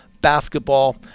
basketball